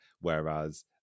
Whereas